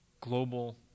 global